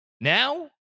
now